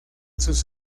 sus